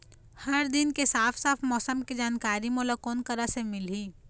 हर दिन के साफ साफ मौसम के जानकारी मोला कोन करा से मिलही?